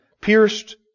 Pierced